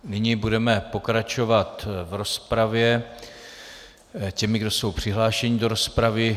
Nyní budeme pokračovat v rozpravě těmi, kdo jsou přihlášeni do rozpravy.